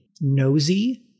nosy